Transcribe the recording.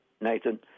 Nathan